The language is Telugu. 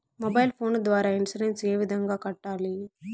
మొబైల్ ఫోను ద్వారా ఇన్సూరెన్సు ఏ విధంగా కట్టాలి